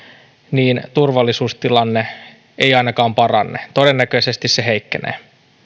niin turvallisuustilanne ei ainakaan parane todennäköisesti se heikkenee